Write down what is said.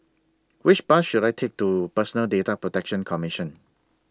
Which Bus should I Take to Personal Data Protection Commission